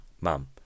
Mom